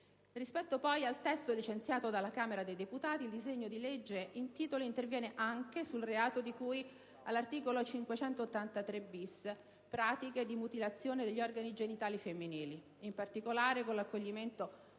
Rispetto poi al testo licenziato dalla Camera dei deputati, il disegno di legge in titolo interviene anche sul reato di cui all' articolo 583-*bis* (pratiche di mutilazione degli organi genitali femminili). In particolare, con l'accoglimento di un